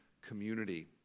community